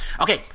Okay